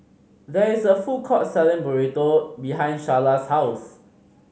there is a food court selling Burrito behind Sharla's house